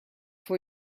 for